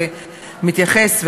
זה מתייחס,